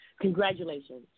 congratulations